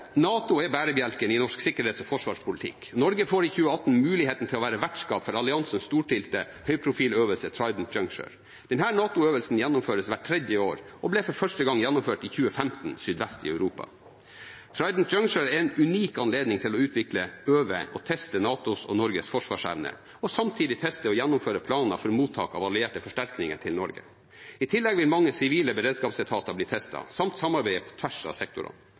NATO er bærebjelken i norsk sikkerhets- og forsvarspolitikk. Norge får i 2018 muligheten til å være vertskap for alliansens storstilte høyprofiløvelse Trident Juncture. Denne NATO-øvelsen gjennomføres hvert tredje år og ble for første gang gjennomført i 2015 sydvest i Europa. Trident Juncture er en unik anledning til å utvikle, øve og teste NATOs og Norges forsvarsevne og samtidig teste og gjennomføre planer for mottak av allierte forsterkninger til Norge. I tillegg vil mange sivile beredskapsetater bli testet samt samarbeidet på tvers av